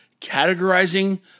categorizing